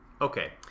Okay